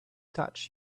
touch